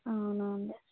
అవునా అండి